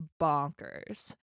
bonkers